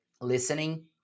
listening